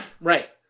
Right